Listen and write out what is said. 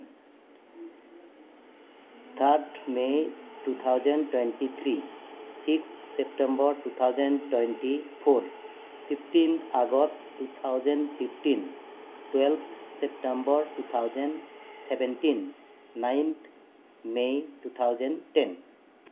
third May two thousand twenty three six September two thousand twenty four fifteen August two thousand fifteen tenth September two thousand seventeen nine May two thousand ten